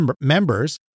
members